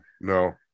no